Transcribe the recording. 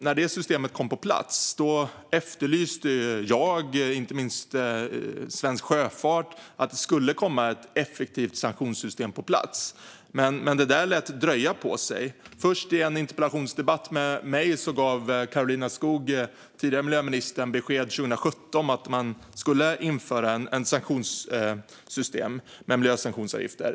När det systemet kom på plats efterlyste jag och inte minst svensk sjöfart att även ett effektivt sanktionssystem skulle komma på plats, men det lät vänta på sig. Först i en interpellationsdebatt med mig 2017 gav tidigare miljöministern Karolina Skog besked att man skulle införa ett sanktionssystem med miljösanktionsavgifter.